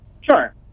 Sure